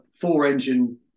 four-engine